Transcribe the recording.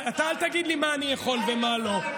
אתה אל תגיד לי מה אני יכול ומה לא.